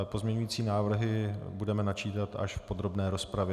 Pozměňující návrhy budeme načítat až v podrobné rozpravě.